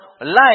life